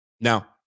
Now